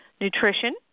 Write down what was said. nutrition